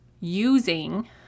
using